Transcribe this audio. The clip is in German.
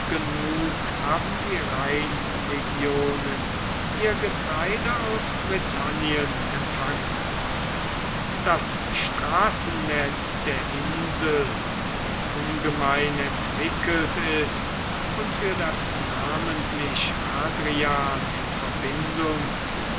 genug haben die rheinlegionen ihr getreide aus britannien empfangen das straßennetz der insel das ungemein entwickelt ist und für das namentlich hadrian in verbindung mit